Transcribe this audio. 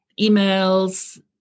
emails